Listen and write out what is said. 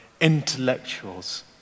intellectuals